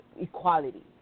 equality